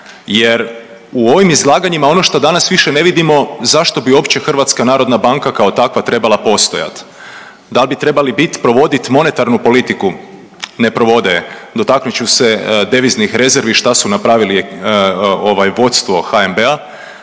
jer u ovim izlaganjima ono što danas više ne vidimo zašto bi uopće HNB kao takva trebala postojati. Da bi trebali bit provodit monetarnu politiku, ne provode je. Dotaknut ću se deviznih rezervi šta su napravili ovaj vodstvo HNB-a.